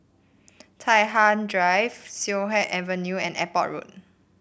Tai Hwan Drive Siak Kew Avenue and Airport Road